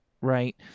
right